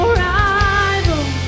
rival